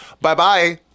bye-bye